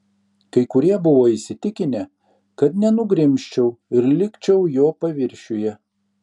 kai kurie buvo įsitikinę kad nenugrimzčiau ir likčiau jo paviršiuje